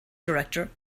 director